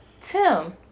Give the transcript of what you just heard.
Tim